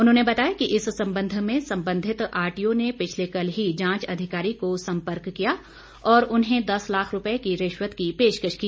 उन्होंने बताया कि इस संबंध में संबंधित आरटीओ ने पिछले कल ही जांच अधिकारी को संपर्क किया और उन्हें दस लाख रुपए की रिश्वत की पेशकश की